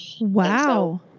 Wow